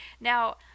now